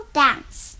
dance